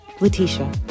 Letitia